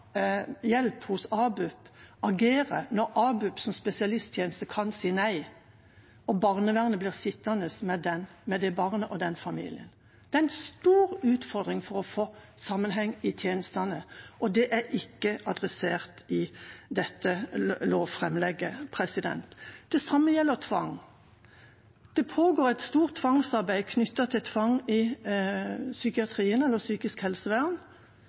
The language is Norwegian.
hjelp hos A-BUP, agere når A-BUP som spesialisttjeneste kan si nei og barnevernet blir sittende med det barnet og den familien? Det er en stor utfordring å få sammenheng i tjenestene, og det er ikke adressert i dette lovframlegget. Det samme gjelder tvang. Det pågår et stort arbeid knyttet til tvang i psykiatrien eller i psykisk helsevern,